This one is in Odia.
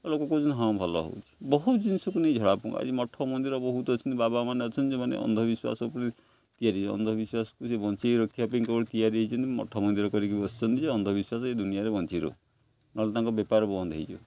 ଲୋକ କହୁଛନ୍ତି ହଁ ଭଲ ହେଉଛି ବହୁତ ଜିନିଷକୁ ନେଇ ଝଡ଼ା ଫୁଙ୍କା ଆଜି ମଠ ମନ୍ଦିର ବହୁତ ଅଛନ୍ତି ବାବାମାନେ ଅଛନ୍ତି ଯେଉଁମାନେ ଅନ୍ଧବିଶ୍ୱାସ ଉପରେ ତିଆରି ଅନ୍ଧବିଶ୍ୱାସକୁ ସେ ବଞ୍ଚାଇ ରଖିବା ପାଇଁ କେବଳ ତିଆରି ହେଇଛନ୍ତି ମଠ ମନ୍ଦିର କରିକି ବସିଛନ୍ତି ଯେ ଅନ୍ଧବିଶ୍ୱାସ ଏଇ ଦୁନିଆରେ ବଞ୍ଚିି ରହୁ ନହେଲେ ତାଙ୍କ ବେପାର ବନ୍ଦ ହେଇଯିବ